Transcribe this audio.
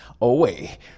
away